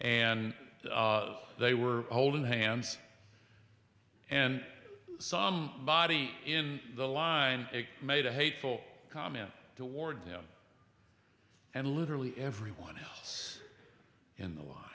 and they were holding hands and some body in the line made a hateful comment toward him and literally everyone else in the